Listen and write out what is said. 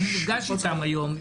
אני נפגש איתם היום.